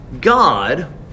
God